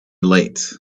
late